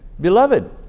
beloved